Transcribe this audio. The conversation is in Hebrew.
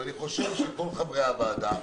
ואני חושב שכול חברי הוועדה,